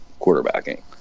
quarterbacking